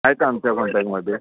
आहेत आमच्या कॉन्टॅकमध्ये